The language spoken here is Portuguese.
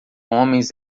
homens